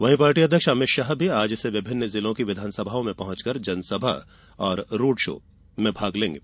वहीं पार्टी अध्यक्ष अमित शाह भी आज से विभिन्न जिलों की विधानसभाओं में पहुंचकर जनसभा और रोड शो में भाग लेंगे